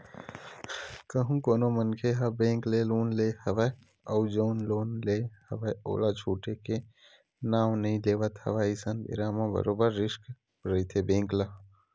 कहूँ कोनो मनखे ह बेंक ले लोन ले हवय अउ जउन लोन ले हवय ओला छूटे के नांव नइ लेवत हवय अइसन बेरा म बरोबर रिस्क रहिथे बेंक ल